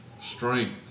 strength